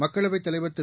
மக்களவைத் தலைவர் திரு